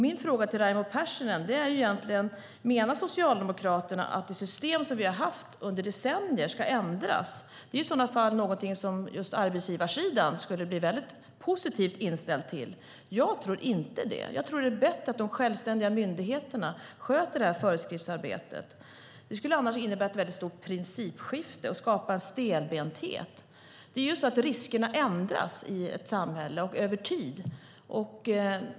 Min fråga till Raimo Pärssinen är egentligen: Menar Socialdemokraterna att ett system som vi har haft under decennier ska ändras? Det är i sådana fall någonting som just arbetsgivarsidan skulle bli väldigt positivt inställd till. Jag tror inte det. Jag tror att det är bättre att de självständiga myndigheterna sköter föreskriftsarbetet. Det skulle annars innebära ett väldigt stort principskifte och skapa en stelbenthet. Det är ju så att riskerna ändras i ett samhälle över tid.